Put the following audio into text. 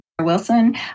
Wilson